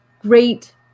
great